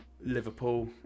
Liverpool